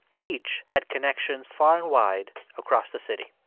each had connections far and wide across the city